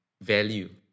Value